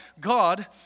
God